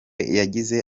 yagize